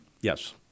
Yes